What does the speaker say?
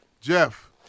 Jeff